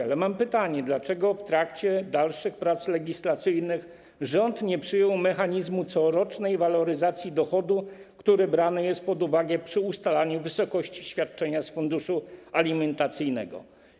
Ale mam pytanie: Dlaczego w trakcie dalszych prac legislacyjnych rząd nie przyjął mechanizmu corocznej waloryzacji dochodu, który brany jest pod uwagę przy ustalaniu wysokości świadczenia z funduszu alimentacyjnego?